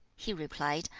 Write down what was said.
he replied,